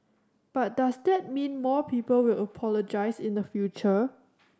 but does that mean more people will apologise in the future